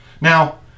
Now